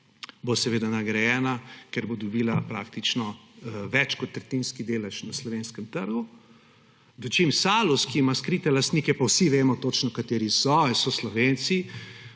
bo seveda nagrajena, ker bo dobila praktično več kot tretjinski delež na slovenskem trgu. Dočim Salus, ki ima skrite lastnike, pa vsi vemo točno, kateri so, in so Slovenci,